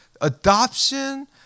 adoption